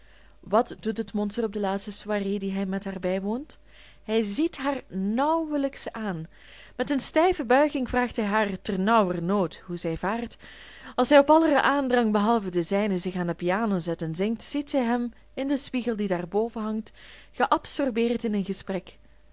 wat doet het monster op de laatste soirée die hij met haar bijwoont hij ziet haar nauwelijks aan met een stijve buiging vraagt hij haar ter nauwernood hoe zij vaart als zij op aller aandrang behalve de zijne zich aan de piano zet en zingt ziet zij hem in den spiegel die daarboven hangt geabsorbeerd in een gesprek met